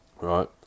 right